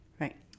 Right